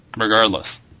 regardless